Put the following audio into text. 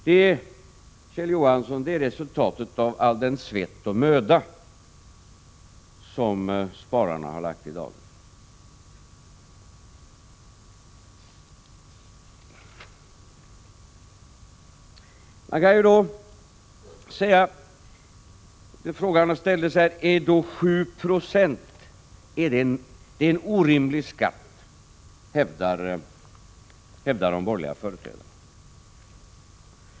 Det, Kjell Johansson, är resultatet av all den svett och möda som spararna har lagt i dagen. Är 7 Yo en orimlig skatt? Det hävdar de borgerliga att det är.